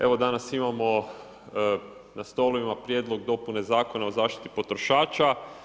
Evo danas imamo na stolovima Prijedlog dopune Zakona o zaštiti potrošača.